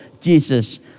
Jesus